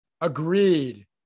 Agreed